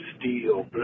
steel